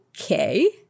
Okay